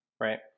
right